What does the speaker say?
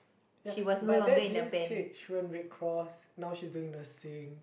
ya but that being said she went red cross now she's doing nursing